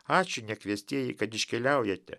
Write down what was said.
ačiū nekviestieji kad iškeliaujate